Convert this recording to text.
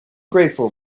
grateful